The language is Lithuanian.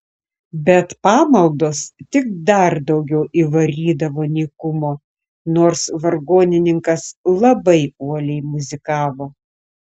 bet pamaldos tik dar daugiau įvarydavo nykumo nors vargonininkas labai uoliai muzikavo